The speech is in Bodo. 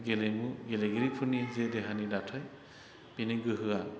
गेलेमु गेलेगिरिफोरनि जे दाथाय बिनि गोहोआ